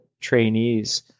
trainees